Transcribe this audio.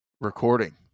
recording